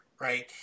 right